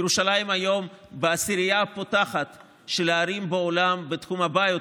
ירושלים היום בעשירייה הפותחת של הערים בעולם בתחום הביו-טק,